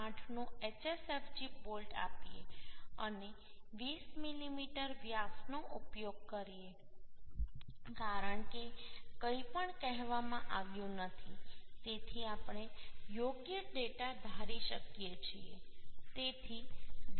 8 નો HSFG bolt આપીએ અને 20 મીમી વ્યાસનો ઉપયોગ કરીએ કારણ કે કંઈપણ કહેવામાં આવ્યું નથી તેથી આપણે યોગ્ય ડેટા ધારી શકીએ છીએ